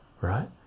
right